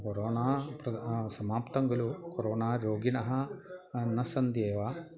corona तद् समाप्तं खलु कोरोनारोगिणः न सन्ति एव